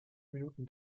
minuten